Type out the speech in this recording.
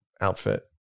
outfit